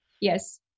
Yes